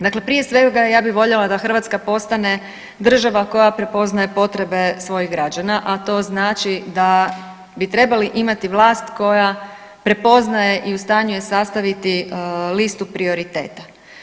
Dakle, prije svega ja bih voljela da Hrvatska postane država koja prepoznaje potrebe svojih građana, a to znači da bi trebali imati vlast koja prepoznaje i u stanju je sastaviti listu prioriteta.